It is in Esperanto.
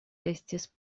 estis